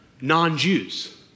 non-Jews